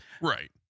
Right